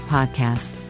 Podcast